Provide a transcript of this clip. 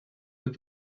with